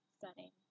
setting